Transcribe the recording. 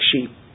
sheep